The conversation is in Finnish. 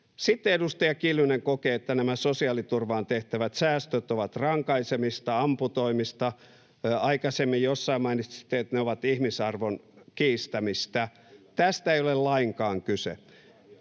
Sitten edustaja Kiljunen kokee, että nämä sosiaaliturvaan tehtävät säästöt ovat rankaisemista, amputoimista. Aikaisemmin jossain mainitsitte, ne ovat ihmisarvon kiistämistä. [Kimmo Kiljunen: